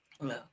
No